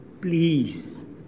Please